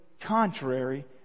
contrary